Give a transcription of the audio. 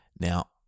Now